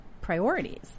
priorities